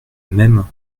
mêmes